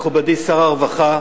מכובדי שר הרווחה,